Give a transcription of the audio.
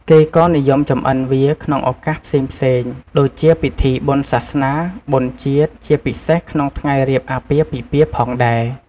គេក៏និយមចម្អិនវាក្នុងឱកាសផ្សេងៗ ដូចជាពិធីបុណ្យសាសនា បុណ្យជាតិ ជាពិសេសក្នុងថ្ងៃរៀបអាពាហ៍ពិពាហ៍ផងដែរ។